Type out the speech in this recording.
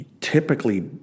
typically